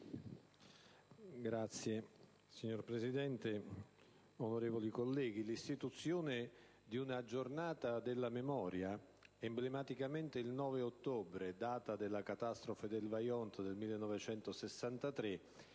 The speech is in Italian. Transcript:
*(PD)*. Signor Presidente, onorevoli colleghi, l'istituzione di una «Giornata della memoria», emblematicamente il 9 ottobre, data della catastrofe del Vajont del 1963,